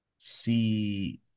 see